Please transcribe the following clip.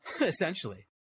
essentially